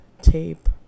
tape